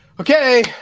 Okay